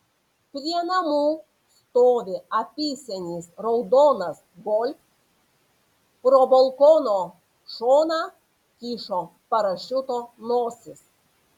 prie namų stovi apysenis raudonas golf pro balkono šoną kyšo parašiuto nosis